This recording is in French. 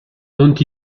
dont